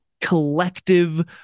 collective